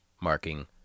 marking